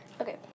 okay